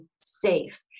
safe